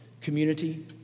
community